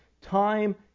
time